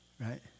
Right